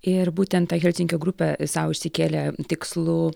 ir būtent ta helsinkio grupė sau išsikėlė tikslu